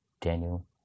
Daniel